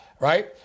right